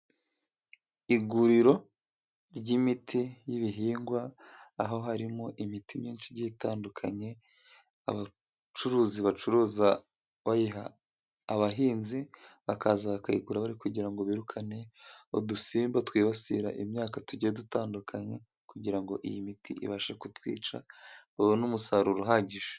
Iguriro ry'imiti y'ibihingwa, aho harimo imiti myinshi igiye itandukanye, abacuruzi bacuruza bayiha abahinzi bakaza bakayigura, bari kugira ngo birukane udusimba twibasira imyaka tugiye dutandukanye, kugira ngo iyi miti ibashe kutwica babone umusaruro uhagije,